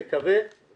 מקווה